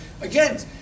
Again